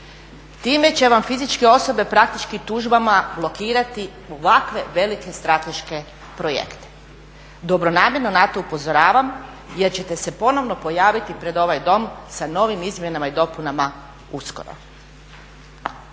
Time će vam fizičke osobe praktički tužbama blokirati ovakve velike strateške projekte. Dobronamjerno na to upozoravam jer ćete se ponovo pojaviti pred ovaj Dom sa novim izmjenama i dopunama uskoro.